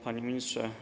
Panie Ministrze!